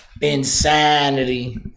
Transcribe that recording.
Insanity